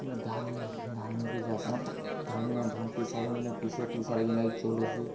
ଧାନ୍ ଧାନ୍ ନେଇକରି ଯାଏସନ୍ ଧାନ୍ ନ ଧାନ୍ ପିସେଇ ଯେନ୍ ଯେ ପିସେଇ ପିସାରେ ଯେନେକି ଚାଉଲ୍ ହେସି